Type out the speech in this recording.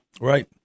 Right